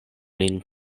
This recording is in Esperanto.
lin